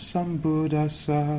Sambuddhasa